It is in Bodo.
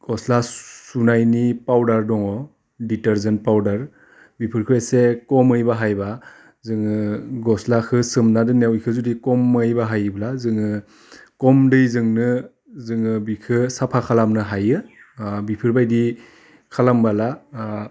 गस्ला सुनायनि पावदार दङ दिथारजेन पावदार बेफोरखो एसे खमै बाहायबा जोङो गस्लाखो सोमना दोननायाव इखौ जुदि खमै बाहायोब्ला जोङो खम दैजोंनो जोङो बिखो साफा खालामनो हायो ओह बिफोरबायदि खालामबोला ओह